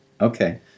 Okay